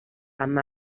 amb